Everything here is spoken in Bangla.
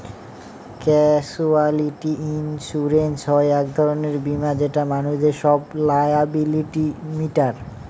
ক্যাসুয়ালিটি ইন্সুরেন্স হয় এক ধরনের বীমা যেটা মানুষদের সব লায়াবিলিটি মিটায়